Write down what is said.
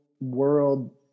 world